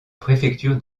préfecture